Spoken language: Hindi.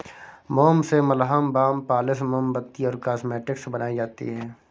मोम से मलहम, बाम, पॉलिश, मोमबत्ती और कॉस्मेटिक्स बनाई जाती है